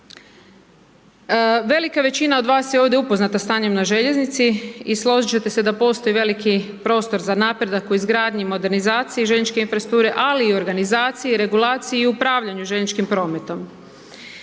Velika većina od vas je ovdje upoznata stanjem na željeznici i složit ćete se da postoji veliki prostor za napredak o izgradnji i modernizaciji željezničke infrastrukture ali i organizaciji i regulaciji i upravljanju željezničkim prometom.